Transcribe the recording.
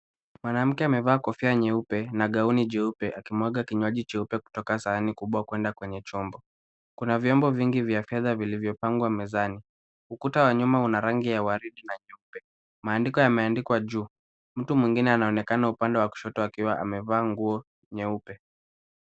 Mwanamke amevaa kofia nyeupe na gauni jeupe akimwaga kinywaji cheupe kutoka sahani kubwa kwenda kwenye chombo. Kuna vyombo vingi vya fedha vilivyopangwa mezani. Ukuta wa nyuma una rangi ya waridi na nyeupe. Maandiko yameandikwa juu. Mtu mwingine anaonekana upande wa kushoto akiwa amevaa nguo nyeupe.